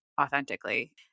authentically